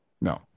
no